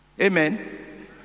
Amen